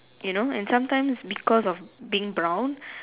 you know and sometimes because of being brown